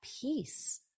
peace